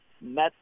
met